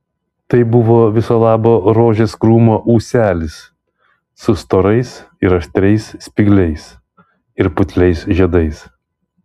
tai buvo viso labo rožės krūmo ūselis su storais ir aštrias spygliais ir putliais žiedais